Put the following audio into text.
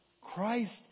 Christ